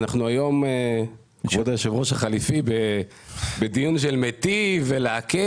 אנחנו היום נמצאים בדיון של "מיטיב" ו-"להקל".